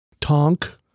Tonk